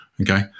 Okay